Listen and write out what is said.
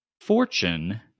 Fortune